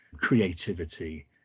creativity